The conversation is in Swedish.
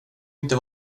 inte